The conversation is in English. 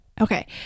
Okay